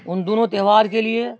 ان دونوں تہوار کے لیے